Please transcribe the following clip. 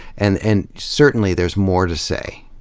and and certainly, there's more to say,